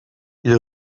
ils